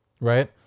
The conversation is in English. right